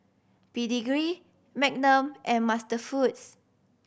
Pedigree Magnum and MasterFoods